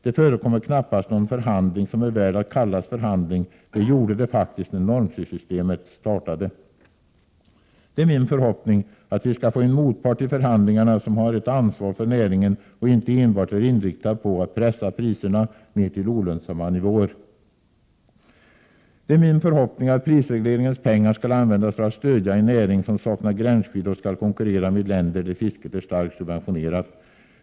Det förekommer knappast någon förhandling som är värd att kallas förhandling — det gjorde det faktiskt när normprissystemet startade. Det är min förhoppning att vi skall få en motpart i förhandlingarna som har ett ansvar för näringen och inte enbart är inriktad på att pressa priserna ner till olönsamma nivåer. Det är min förhoppning att prisregleringens pengar skall användas för att stödja en näring som saknar gränsskydd och skall konkurrera med länder där fisket är starkt subventionerat.